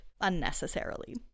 unnecessarily